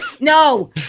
no